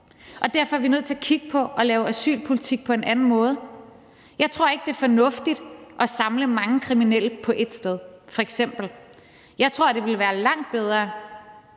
Derfor er vi nødt til at kigge på at lave asylpolitik på en anden måde. Jeg tror ikke, det er fornuftigt f.eks. at samle mange kriminelle på et sted. Jeg tror, det ville være langt bedre